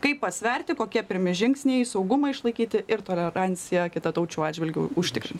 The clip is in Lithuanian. kaip pasverti kokie pirmi žingsniai saugumą išlaikyti ir toleranciją kitataučių atžvilgiu užtikrinti